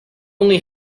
only